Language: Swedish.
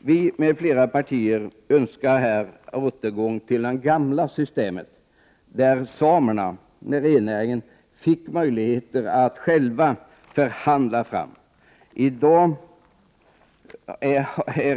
Moderaterna med flera partier önskar här en återgång till det gamla systemet, där de samer som utövar rennäringen fick möjligheter att själva förhandla fram prisstödet. I